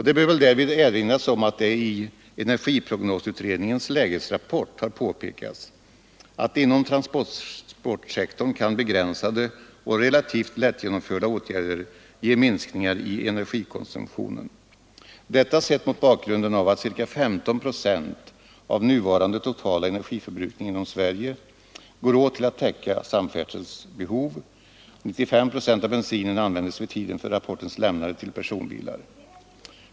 Det bör väl därvid erinras om att det i energiprognosutredningens lägesrapport har påpekats att inom statssektorn kan begränsade och relativt lätt genomförda åtgärder ge en minskning av energikonsumtionen. Detta sett mot bakgrunden att cirka 15 procent av nuvarande totala energiförbrukning inom Sverige går åt till att täcka samfärdselns behov, 95 procent av bensinen användes vid tiden för rapportens lämnande till personbilar.